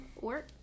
work